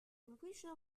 completion